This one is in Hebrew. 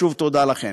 שוב, תודה לכן.